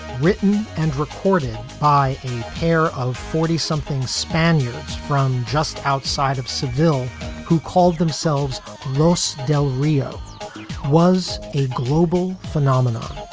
written and recorded by a pair of fortysomething spaniards from just outside of seville who called themselves lost del rio was a global phenomenon,